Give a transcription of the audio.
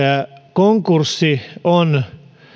konkurssi on